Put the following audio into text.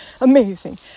Amazing